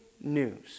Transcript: news